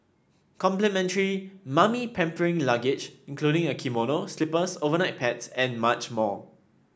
complimentary 'mummy pampering luggage' including a kimono slippers overnight pads and much more